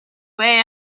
way